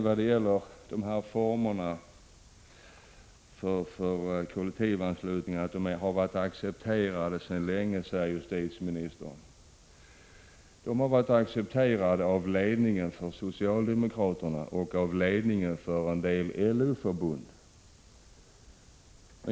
Om kollektivanslutningen som anslutningsform säger justitieministern att den länge har varit accepterad. Den har varit accepterad av ledningen för socialdemokratiska partiet och av ledningen för en del LO-förbund.